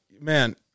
man